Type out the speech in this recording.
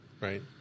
Right